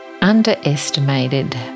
underestimated